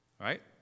Right